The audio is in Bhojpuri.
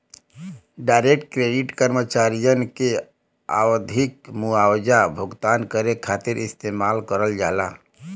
डायरेक्ट क्रेडिट कर्मचारियन के आवधिक मुआवजा भुगतान करे खातिर इस्तेमाल करल जाला